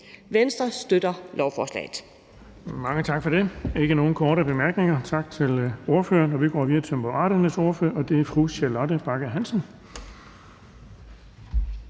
Venstre støtter lovforslaget.